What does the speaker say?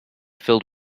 filled